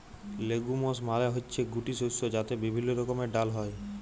legumes মালে হচ্যে গুটি শস্য যাতে বিভিল্য রকমের ডাল হ্যয়